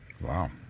Wow